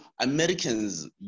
Americans